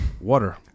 Water